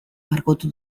margotu